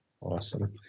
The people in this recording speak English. Awesome